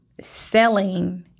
selling